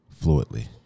fluidly